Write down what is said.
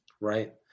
right